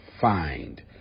find